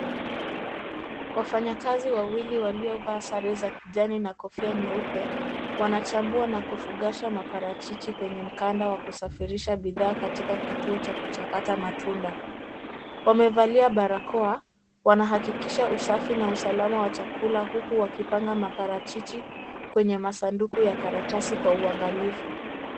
Wafanyakazi wawili waliovaa sare za kijani na kofia nyeupe, wanachambua na kufungasha maparachichi kwenye mkanda wa kusafirisha bidhaa katika kituo cha kuchakata matunda. Wamevalia barakoa, wanahakikisha usafi na usalama wa chakula huku wakipanga maparachichi kwenye masanduku ya karatasi kwa uangalifu.